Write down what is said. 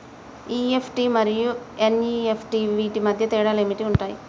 EFT మరియు NEFT వీటి మధ్య తేడాలు ఏమి ఉంటాయి?